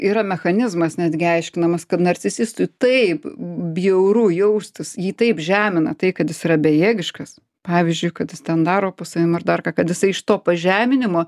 yra mechanizmas netgi aiškinamas kad narcisistui taip bjauru jaustis jį taip žemina tai kad jis yra bejėgiškas pavyzdžiui kad jis ten daro po savim ar dar ką kad jisai iš to pažeminimo